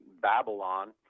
Babylon